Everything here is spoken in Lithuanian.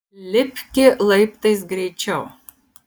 lipki laiptais greičiau